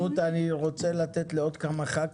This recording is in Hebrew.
רות, אני רוצה לתת לעוד כמה חברי כנסת.